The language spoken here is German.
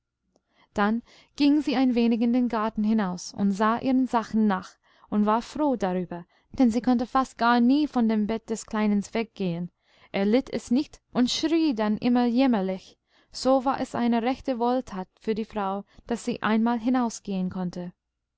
dann ging sie ein wenig in den garten hinaus und sah ihren sachen nach und war froh darüber denn sie konnte fast gar nie von dem bette des kleinen weggehen er litt es nicht und schrie dann immer jämmerlich so war es eine rechte wohltat für die frau daß sie einmal hinausgehen konnte